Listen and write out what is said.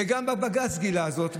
וגם בג"ץ גילה זאת,